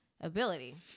ability